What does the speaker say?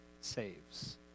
saves